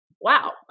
wow